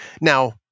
now